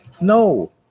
no